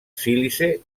sílice